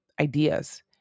ideas